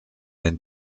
den